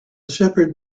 shepherd